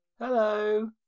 Hello